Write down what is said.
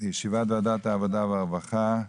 לישיבת ועדת העבודה והרווחה,